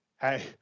hey